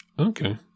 Okay